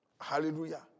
Hallelujah